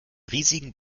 riesigen